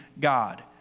God